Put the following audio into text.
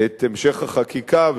את המשך החקיקה,